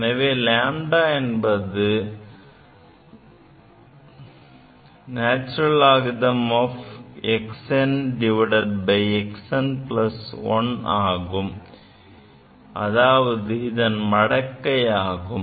எனவே lambda என்பது lnxnxn1 ஆகும் அதாவது இதன் மடக்கை ஆகும்